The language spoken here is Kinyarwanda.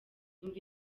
umva